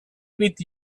with